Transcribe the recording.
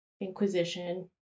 inquisition